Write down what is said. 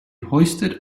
hoisted